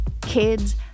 kids